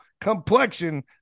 complexion